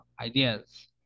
ideas